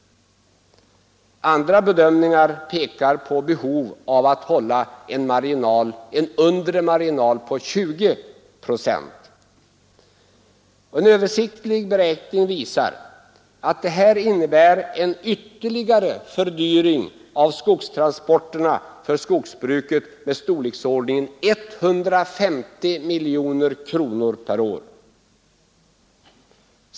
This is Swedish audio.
Andra bedömningar pekar på behov av att hålla en undre marginal på 20 procent. En översiktlig beräkning visar att det här innebär en ytterligare fördyring av skogsbrukets transporter i storleksordningen 150 miljoner kronor per år.